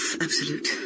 Absolute